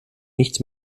nichts